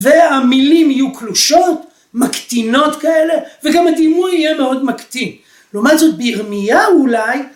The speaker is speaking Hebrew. והמילים יהיו קלושות, מקטינות כאלה, וגם הדימוי יהיה מאוד מקטין. לעומת זאת, ברמייה אולי..